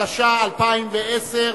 התשע"א 2010,